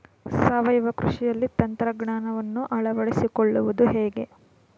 ಸಾವಯವ ಕೃಷಿಯಲ್ಲಿ ತಂತ್ರಜ್ಞಾನವನ್ನು ಅಳವಡಿಸಿಕೊಳ್ಳುವುದು ಹೇಗೆ?